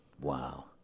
Wow